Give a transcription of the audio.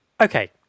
okay